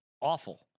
awful